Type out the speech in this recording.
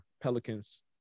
Pelicans